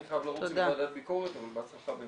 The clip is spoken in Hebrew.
אני חייב לרוץ לוועדת ביקורת אבל בהצלחה בהמשך.